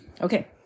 Okay